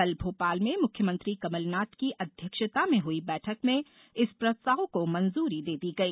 कल भोपाल में मुख्यमंत्री कमलनाथ की अध्यक्षता में हुई बैठक में इस प्रस्ताव को मंजूरी दे दी गई